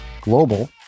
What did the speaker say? global